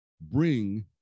bring